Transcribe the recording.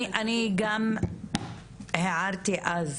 אני גם הערתי אז,